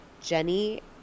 Jenny